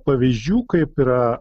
pavyzdžių kaip yra